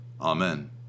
Amen